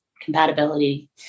compatibility